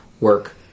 work